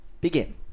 Begin